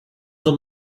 them